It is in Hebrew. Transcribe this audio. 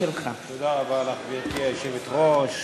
גברתי היושבת-ראש,